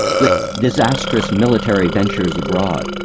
with disastrous military ventures abroad.